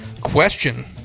Question